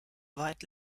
weit